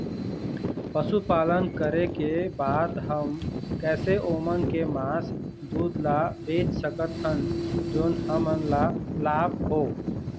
पशुपालन करें के बाद हम कैसे ओमन के मास, दूध ला बेच सकत हन जोन हमन ला लाभ हो?